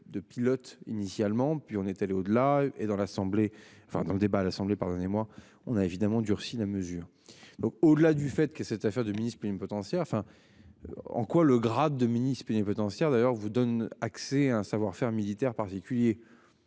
de pilotes initialement puis on est allé au-delà et dans l'assemblée, enfin dans le débat à l'Assemblée. Pardonnez-moi, on a évidemment durcit la mesure. Donc, au-delà du fait que cette affaire de ministre. Puis une potentielle enfin. En quoi le grade de ministre et plénipotentiaire d'ailleurs vous donne accès à un savoir faire militaire particulier.